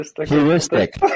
Heuristic